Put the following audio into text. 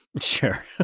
Sure